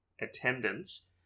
attendance